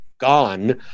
gone